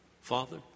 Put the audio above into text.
Father